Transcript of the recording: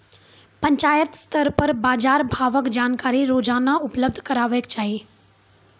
पंचायत स्तर पर बाजार भावक जानकारी रोजाना उपलब्ध करैवाक चाही?